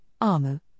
AMU